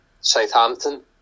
Southampton